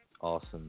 Awesome